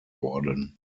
worden